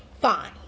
fine